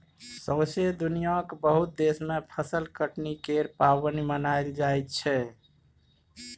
सौसें दुनियाँक बहुत देश मे फसल कटनी केर पाबनि मनाएल जाइ छै